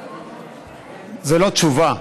זה לא תשובה.